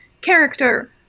character